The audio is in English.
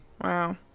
Wow